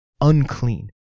unclean